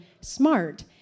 smart